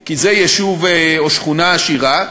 כי זה יישוב או שכונה עשירה,